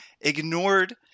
ignored